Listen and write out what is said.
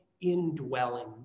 indwelling